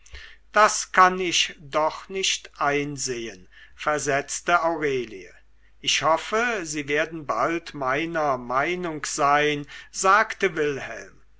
das kann ich doch nicht einsehen versetzte aurelie ich hoffe sie werden bald meiner meinung sein sagte wilhelm